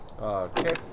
Okay